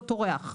לא טורח.